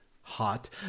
hot